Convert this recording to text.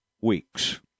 weeks